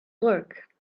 work